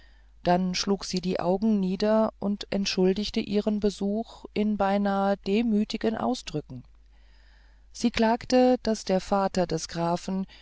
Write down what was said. dann schlug sie die augen nieder und entschuldigte ihren besuch in beinahe demütigen ausdrücken sie klagte daß der vater des grafen